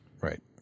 right